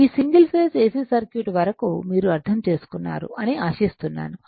ఈ single phase AC circuit వరకు మీరు అర్థం చేసుకున్నారు అని ఆశిస్తున్నాను